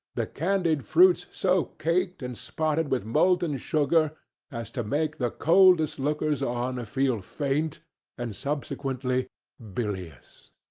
the candied fruits so caked and spotted with molten sugar as to make the coldest lookers-on feel faint and subsequently bilious.